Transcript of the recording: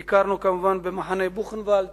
ביקרנו כמובן במחנה בוכנוואלד.